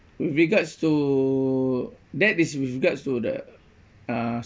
with regards to that is with regards to the uh